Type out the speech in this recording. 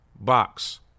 Box